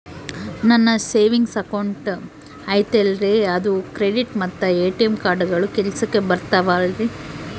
ನನ್ನ savings account ಐತಲ್ರೇ ಅದು ಕ್ರೆಡಿಟ್ ಮತ್ತ ಎ.ಟಿ.ಎಂ ಕಾರ್ಡುಗಳು ಕೆಲಸಕ್ಕೆ ಬರುತ್ತಾವಲ್ರಿ?